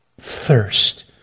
thirst